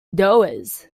doers